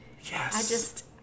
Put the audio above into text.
Yes